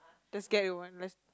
just get with one less